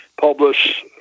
publish